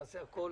נעשה הכל